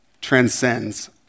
transcends